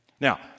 Now